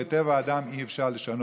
כי את טבע האדם אי-אפשר לשנות.